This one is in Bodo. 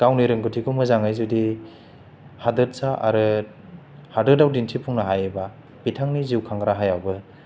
गावनि रोंगौथिखौ मोजाङै जुदि हादोरसा आरो हादराव दिन्थिफुंनो हायोबा बिथांनि जिउखां राहायाबो